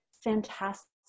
fantastic